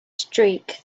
streak